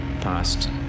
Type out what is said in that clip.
past